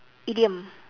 idiom